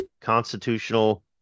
constitutional